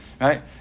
right